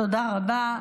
תודה רבה.